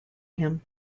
him